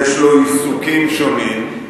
יש לו עיסוקים שונים,